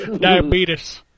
Diabetes